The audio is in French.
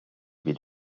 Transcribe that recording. baie